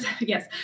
Yes